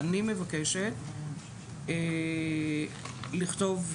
אני מבקשת לכתוב כך: